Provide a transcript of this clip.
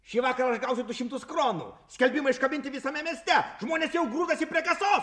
šįvakar aš gausiu du šimtus kronų skelbimai iškabinti visame mieste žmonės jau grūdasi prie kasos